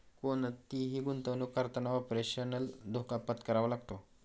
कोणतीही गुंतवणुक करताना ऑपरेशनल धोका पत्करावा लागतो